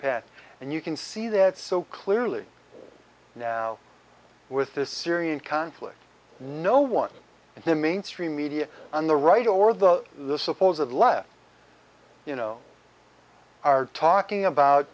path and you can see that so clearly now with this syrian conflict no one and the mainstream media on the right or the the suppose of left you know are talking about